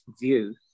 view